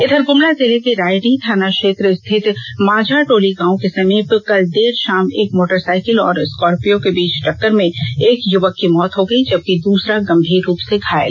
इधर गुमला जिले के रायडीह थाना क्षेत्र स्थित माझा टोली गांव के समीप कल देर शाम एक मोटरसाइकिल और स्कॉर्पियों के बीच टक्कर में एकयुवक की मौत हो गई जबकि दुसरा गंभीर रूप से घायल है